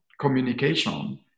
communication